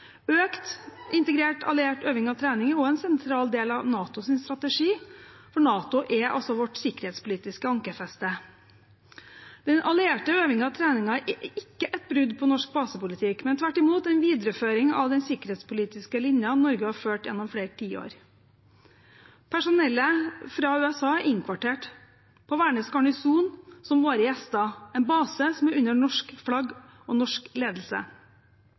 Økt integrert alliert øving og trening er også en sentral del av NATOs strategi, og NATO er vårt sikkerhetspolitiske ankerfeste. Den allierte øvingen og treningen er ikke et brudd på norsk basepolitikk, men tvert imot en videreføring av den sikkerhetspolitiske linjen Norge har ført gjennom flere tiår. Personellet fra USA er innkvartert på Værnes garnison som våre gjester. Det er en base som er under norsk flagg og norsk ledelse.